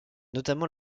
notamment